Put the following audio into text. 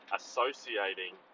associating